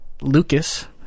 Lucas